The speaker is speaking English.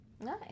Nice